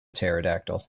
pterodactyl